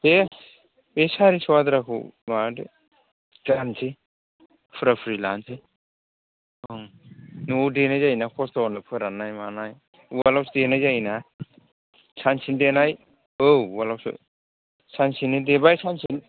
दे बे सारिस' आद्राखौ माबादो जाहोनोसै पुरा पुरि लानोसै न'आव देनाय जायोना कस्त'नो फोराननाय मानाय उवालआवसो देनाय जायोना सानसे नो देनाय औ उवालआवसो सानसेनो देबाय सानसेनो